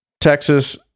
Texas